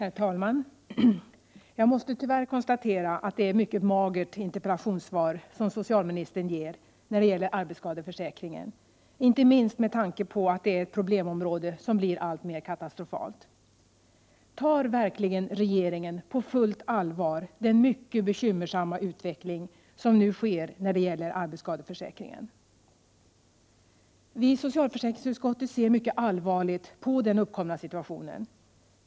Herr talman! Jag måste tyvärr konstatera att det är ett mycket magert interpellationssvar som socialministern ger när det gäller arbetsskadeförsäkringen — inte minst med tanke på att det här är ett problemområde som blir alltmer katastrofalt. Tar regeringen verkligen på fullt allvar den mycket bekymmersamma utveckling som nu sker när det gäller arbetsskadeförsäkringen? Vi i socialförsäkringsutskottet ser mycket allvarligt på den uppkomna situationen.